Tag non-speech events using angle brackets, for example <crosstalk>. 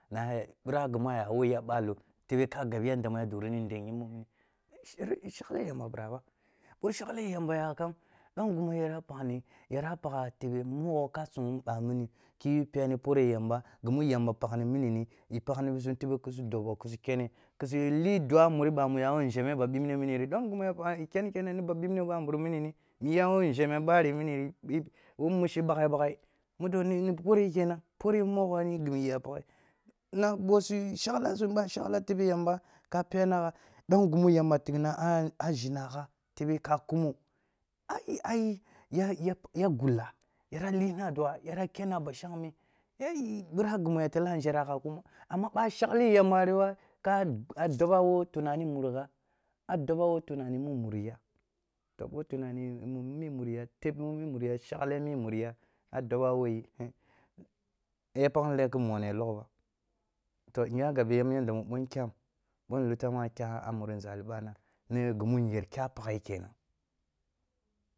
Nae bira gimu a ya woyi a balo tebe ka gab yadda mu ya duru nde yimbo muni <unintelligible> shagle yamba bira ba. Bo shagle yamba yak am, do mya pakhni, bap agha tebe mogho ka sung ba mini ki yu peni pore yamba, gimu yamba, gimu yamba pakhni mini i pakh ni bisu tebe kisu dobo kisu kere kisu di dua muri bamu yawo nzheme ba bibne niniyi. Dom gimua pakhni kanni kone nib a bibne bamburam muniri, miye wo nzheme bari mini ni wo mushi baghai-baghai mudoni pore kenam por mongho ni gimi iya paghe. Na boshi shagla sum ba shagla tebe yamba ka penagha dom gimu yamba tingna a a zhina gha tebe ka kumo, ai ai ya ya ya gulla, yara h na dum yira kenna bashengime au bira gimu tellia nzhera gha kuma. Amma ba shagli yamba rib a ka, a do ba wo tunani murigha a doba wo tunani mu muriya, to bo tunani mu-mu mmi muriya, teb mu mumuriya, shagle mi munya, a doba woyi ya pakhni len ki mono ya logh ba. To nya gabe yadda mu bo nkyam, bo lutam a kya umuri nzali bana, nig imu nyer kya paghe kenan.